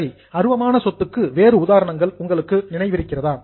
சரி அருவமான சொத்துக்கு வேறு உதாரணங்கள் உங்களுக்கு நினைவிருக்கிறதா